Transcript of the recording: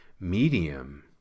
medium